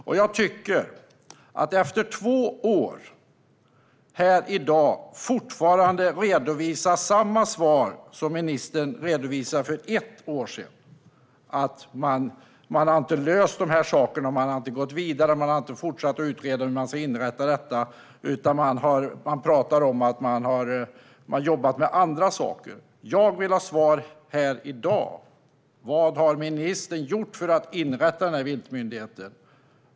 Här i dag, efter två år, ger ministern samma svar som han gav för ett år sedan. Man har inte löst dessa saker. Man har inte gått vidare. Man har inte fortsatt att utreda hur detta ska inrättas, utan man pratar om att man har jobbat med andra saker. Jag vill ha svar här i dag: Vad har ministern gjort för att inrätta den här viltmyndigheten?